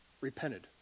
repented